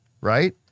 right